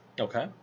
Okay